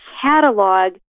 catalog